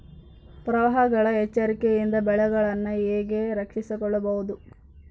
ಪ್ರವಾಹಗಳ ಎಚ್ಚರಿಕೆಯಿಂದ ಬೆಳೆಗಳನ್ನು ಹೇಗೆ ರಕ್ಷಿಸಿಕೊಳ್ಳಬಹುದು?